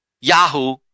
Yahoo